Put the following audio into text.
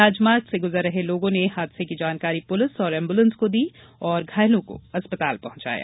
राजमार्ग से गुजर रहे लोगों ने हादसे की जानकारी पुलिस और एम्बुलेंस की दी और घायलों को अस्पताल पहुंचाया